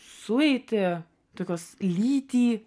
sueitį tokios lytį